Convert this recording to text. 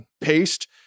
paste